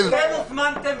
כן הוזמנתם